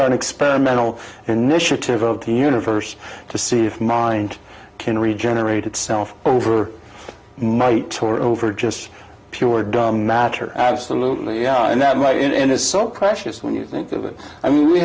or an experimental initiative of the universe to see if mind can regenerate itself over night or over just pure dumb matter absolutely yeah and that might and is so precious when you think of it i mean we